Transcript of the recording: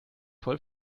voll